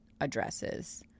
addresses